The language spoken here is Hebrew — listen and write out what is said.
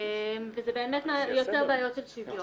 וזה באמת יותר בעיות של שוויון.